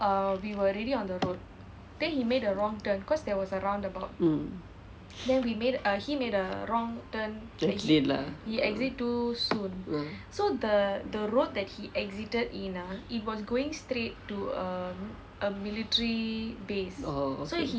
mm exit lah oh okay